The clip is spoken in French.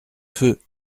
feu